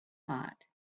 hot